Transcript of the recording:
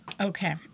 Okay